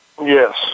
Yes